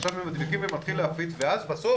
עכשיו מדביקים ומתחיל להפיץ ואז בסוף זה מגיע